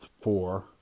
four